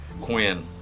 Quinn